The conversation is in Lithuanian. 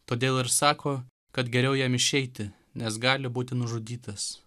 todėl ir sako kad geriau jam išeiti nes gali būti nužudytas